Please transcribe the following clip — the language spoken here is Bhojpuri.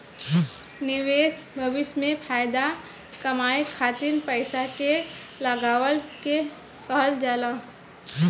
निवेश भविष्य में फाएदा कमाए खातिर पईसा के लगवला के कहल जाला